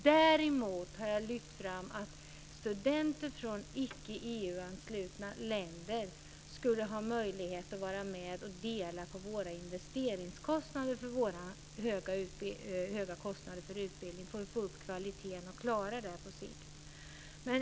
Däremot har jag lyft fram att studenter från icke-EU-anslutna länder ska ha möjlighet att vara med att dela på våra höga investeringskostnader för utbildning för att få upp kvaliteten och klara den på sikt.